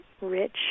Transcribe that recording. rich